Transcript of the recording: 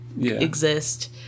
exist